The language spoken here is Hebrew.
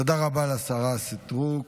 תודה רבה לשרה סטרוק.